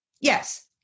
Yes